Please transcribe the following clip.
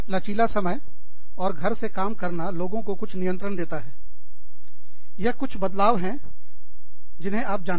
लचीला समय और घर से काम करना लोगों को कुछ नियंत्रण देता है यह कुछ बदलाव है जिन्हें आप जानो